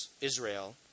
Israel